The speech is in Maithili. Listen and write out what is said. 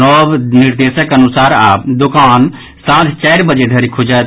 नव निर्देशक अनुसार आब दोकान सांझ चारि बजे धरि खुजत